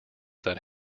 that